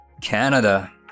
Canada